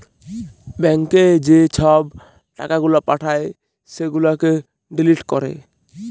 ব্যাংকে যে ছব টাকা গুলা পাঠায় সেগুলাকে ডিলিট ক্যরে